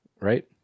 right